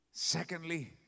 Secondly